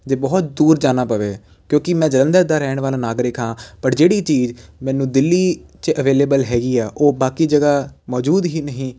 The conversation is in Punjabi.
ਜੇ ਬਹੁਤ ਦੂਰ ਜਾਣਾ ਪਵੇ ਕਿਉਂਕਿ ਮੈਂ ਜਲੰਧਰ ਦਾ ਰਹਿਣ ਵਾਲਾ ਨਾਗਰਿਕ ਹਾਂ ਬਟ ਜਿਹੜੀ ਚੀਜ਼ ਮੈਨੂੰ ਦਿੱਲੀ 'ਚ ਅਵੇਲੇਬਲ ਹੈਗੀ ਆ ਉਹ ਬਾਕੀ ਜਗ੍ਹਾ ਮੌਜੂਦ ਹੀ ਨਹੀਂ